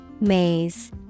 Maze